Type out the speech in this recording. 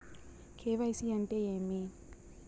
KYC అంటే ఏమి?